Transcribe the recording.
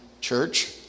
church